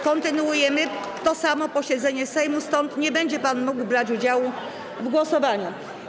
Kontynuujemy to samo posiedzenie Sejmu, stąd nie będzie pan mógł brać udziału w głosowaniu.